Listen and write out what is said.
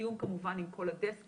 תיאום כמובן עם כל הדסקים,